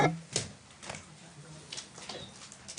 הישיבה ננעלה בשעה 14:45.